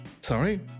Sorry